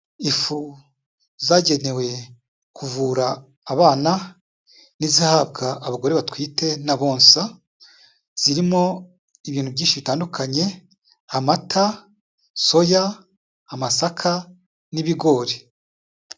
Ifu zagenewe kuvura abana, n'izihabwa abagore batwite n'abonsa, zirimo ibintu byinshi bitandukanye, amata, soya, amasaka, n'ibigori.